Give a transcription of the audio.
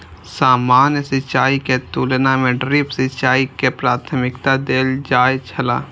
सामान्य सिंचाई के तुलना में ड्रिप सिंचाई के प्राथमिकता देल जाय छला